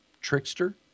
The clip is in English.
trickster